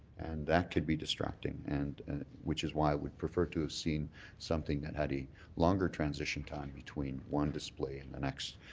and that could be distracting. and which is why i would prefer to have seen something that had a longer transition time between one display and the next.